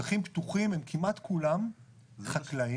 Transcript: שטחים פתוחים הם כמעט כולם חקלאיים.